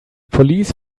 police